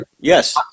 Yes